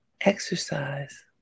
exercise